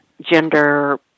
gender